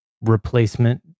replacement